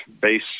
base